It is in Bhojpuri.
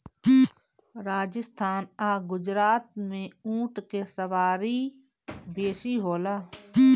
राजस्थान आ गुजरात में ऊँट के सवारी बेसी होला